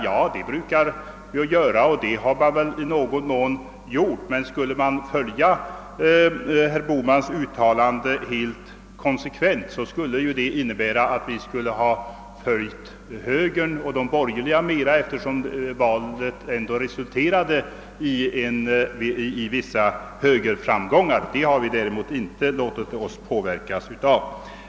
Ja, vi brukar ta hänsyn till reaktionen bland partiets medlemmar och vi har även i någon mån gjort det i detta fall. Skulle vi konsekvent ha följt herr Bohmans propåer borde vi emellertid mera ha sett till vad högern och den övriga borgerligheten gjorde, eftersom valet ändå resulterade i vissa högerframgångar. Vi har dock inte låtit oss påverka av detta.